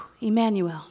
Emmanuel